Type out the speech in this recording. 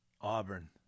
Auburn